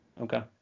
Okay